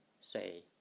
say